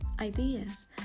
ideas